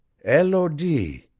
elodie!